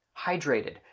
hydrated